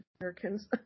Americans